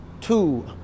two